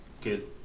good